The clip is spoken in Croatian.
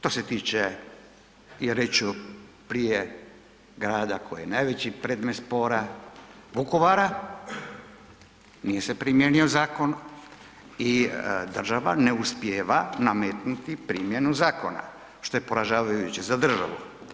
To se tiče i reći ću prije grada koji je najveći predmet spora, Vukovara, nije se primijenio zakon i država ne uspijeva nametnuti primjenu zakona, što je poražavajuće za državu.